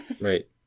Right